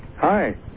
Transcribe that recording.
Hi